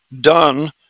done